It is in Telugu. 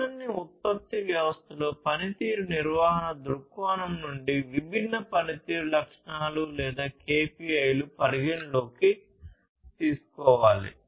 సన్నని ఉత్పత్తి వ్యవస్థలో పనితీరు నిర్వహణ దృక్కోణం నుండి విభిన్న పనితీరు లక్షణాలు లేదా KPI లు పరిగణనలోకి తీసుకోవాలి